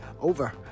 over